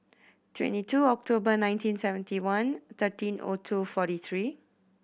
twenty two October nineteen seventy one thirteen O two forty three